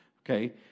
okay